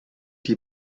die